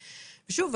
שוב,